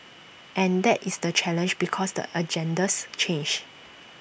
and that is the challenge because the agendas change